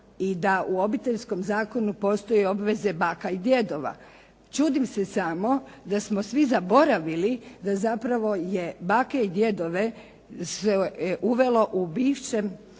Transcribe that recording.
i da u Obiteljskom zakonu postoji obveze baka i djedova. Čudim se samo da smo svi zaboravili da zapravo je bake i djedove se uvelo u bivšem,